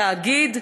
התאגיד.